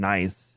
Nice